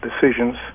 decisions